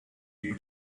due